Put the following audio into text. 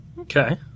Okay